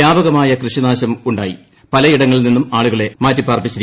വ്യാപകമായ കൃഷിനാശം ഉണ്ടായി പലയിടങ്ങളിൽ നിന്നും ആളുകളെ മാറ്റിപ്പാർപ്പിച്ചു